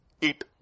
Eat